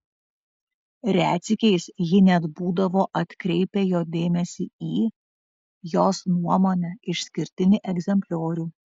retsykiais ji net būdavo atkreipia jo dėmesį į jos nuomone išskirtinį egzempliorių